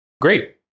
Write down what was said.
great